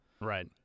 Right